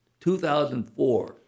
2004